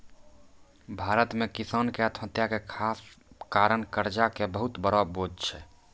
भारत मॅ किसान के आत्महत्या के खास कारण कर्जा के बहुत बड़ो बोझ छै